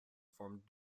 formed